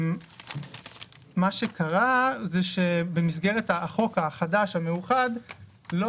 מה שקרה זה שבמסגרת החוק החדש והמאוחד לא